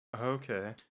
Okay